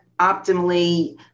optimally